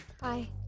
Bye